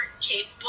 capable